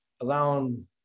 allowing